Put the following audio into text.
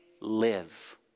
live